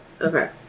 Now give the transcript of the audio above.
Okay